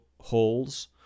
holes